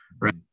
Right